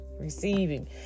receiving